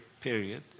period